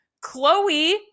chloe